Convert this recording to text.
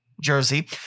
jersey